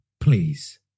Please